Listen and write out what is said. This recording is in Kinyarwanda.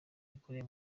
yakorewe